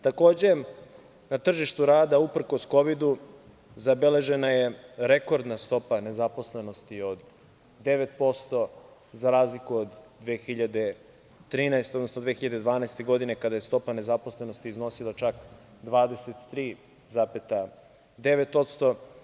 Takođe, na tržištu rada, uprkos kovidu, zabeležena je rekordna stopa nezaposlenosti od 9%, za razliku od 2012. godine, kada je stopa nezaposlenosti iznosila čak 23,9%